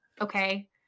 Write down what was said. okay